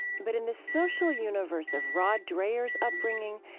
but in the social universe of rod dreher's upbringing,